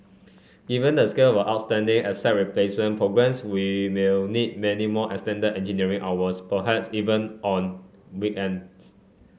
given the scale of outstanding asset replacement progress we will need many more extended engineering hours perhaps even on weekends